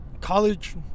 College